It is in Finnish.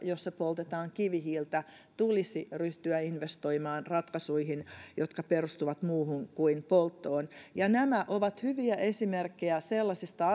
joissa poltetaan kivihiiltä tulisi ryhtyä investoimaan ratkaisuihin jotka perustuvat muuhun kuin polttoon nämä ovat hyviä esimerkkejä sellaisista